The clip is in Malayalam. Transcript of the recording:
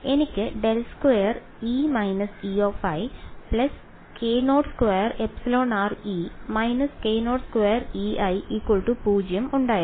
എനിക്ക് ∇2E − Ei k02εrE − k02Ei 0 ഉണ്ടായിരുന്നു